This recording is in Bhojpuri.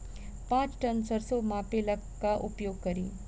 पाँच टन सरसो मापे ला का उपयोग करी?